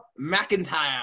McIntyre